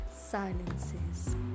silences